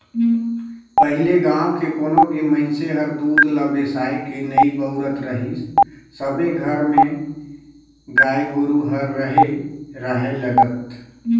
पहिले गाँव के कोनो भी मइनसे हर दूद ल बेसायके नइ बउरत रहीस सबे घर म गाय गोरु ह रेहे राहय लगत